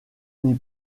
n’y